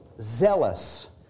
zealous